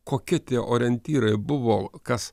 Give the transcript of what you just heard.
kokie tie orientyrai buvo kas